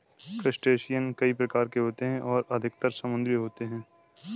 crustacean कई प्रकार के होते हैं और अधिकतर समुद्री होते हैं